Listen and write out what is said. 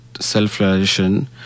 self-realization